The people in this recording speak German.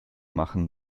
machen